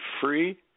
free